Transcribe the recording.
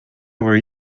were